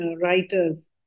writers